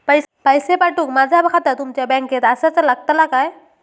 पैसे पाठुक माझा खाता तुमच्या बँकेत आसाचा लागताला काय?